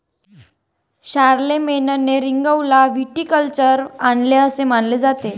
शारलेमेनने रिंगौला व्हिटिकल्चर आणले असे मानले जाते